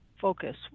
focus